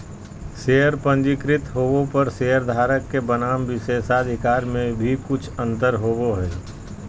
share पंजीकृत होबो पर शेयरधारक के बनाम विशेषाधिकार में भी कुछ अंतर होबो हइ